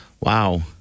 Wow